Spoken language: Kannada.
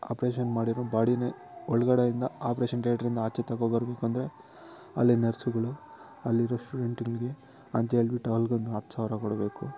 ಆಪ್ರೇಷನ್ ಮಾಡಿರೋ ಬಾಡಿನೇ ಒಳಗಡೆಯಿಂದ ಆಪ್ರೇಷನ್ ಥೇಟ್ರಿಂದ ಆಚೆ ತಗೋ ಬರಬೇಕು ಅಂದರೆ ಅಲ್ಲಿ ನರ್ಸುಗಳು ಅಲ್ಲಿರೋ ಸ್ಟೂಡೆಂಟುಗಳ್ಗೆ ಅಂತೇಳ್ಬಿಟ್ ಅಲ್ಲಿಗೊಂದು ಹತ್ತು ಸಾವಿರ ಕೊಡಬೇಕು